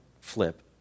Flip